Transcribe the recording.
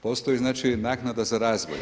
Postoji znači naknada za razvoj.